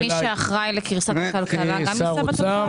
האם מי שאחראי לקריסת הכלכלה גם יישא בתוצאות?